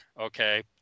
Okay